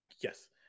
yes